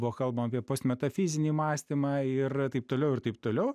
buvo kalbam apie postmetafizinį mąstymą ir taip toliau ir taip toliau